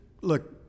look